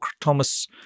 Thomas